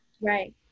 Right